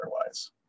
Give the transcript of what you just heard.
otherwise